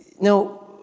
Now